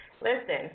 listen